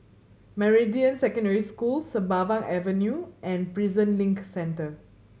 Meridian Secondary School Sembawang Avenue and Prison Link Centre